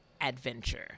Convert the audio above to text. adventure